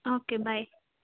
okay bye